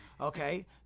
Okay